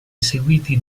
eseguiti